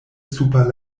super